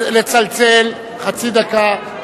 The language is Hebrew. לצלצל, חצי דקה.